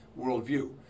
worldview